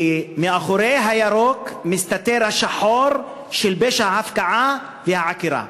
כי מאחורי הירוק מסתתר השחור של פשע ההפקעה והעקירה.